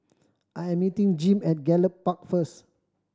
I am meeting Jim at Gallop Park first